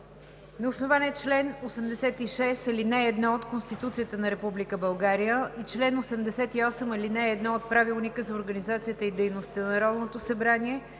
на основание чл. 86, ал. 1 от Конституцията на Република България и чл. 88, ал. 1 от Правилника за организацията и дейността на Народното събрание